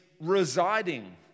residing